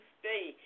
stay